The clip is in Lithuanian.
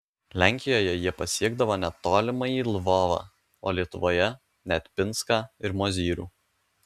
lenkijoje jie pasiekdavo net tolimąjį lvovą o lietuvoje net pinską ir mozyrių